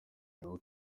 nabo